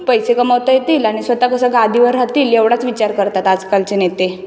पैसे कमावता येतील आणि स्वतः कसं गादीवर राहतील एवढाच विचार करतात आजकालचे नेते